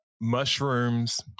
mushrooms